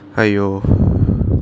!aiyo!